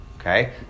Okay